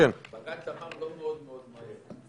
הכול מאוד מאוד מהר,